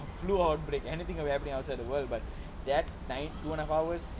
flu outbreak anything happening outside the world but that night one of ours